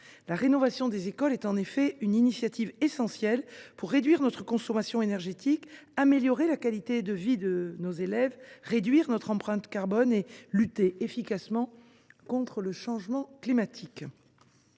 La rénovation des écoles est en effet une initiative essentielle pour réduire notre consommation énergétique, améliorer la qualité de vie des élèves, réduire notre empreinte carbone et lutter efficacement contre le changement climatique.